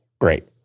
great